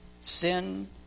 sin